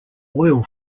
oil